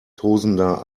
tosender